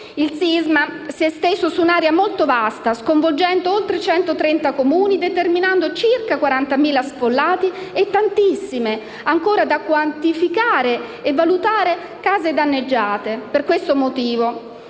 Il sisma si è esteso su un'area molto vasta sconvolgendo oltre 130 Comuni, determinando circa 40.000 sfollati e tantissime - ancora da quantificare e valutare - case danneggiate. Per questo motivo,